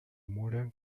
modern